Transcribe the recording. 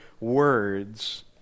words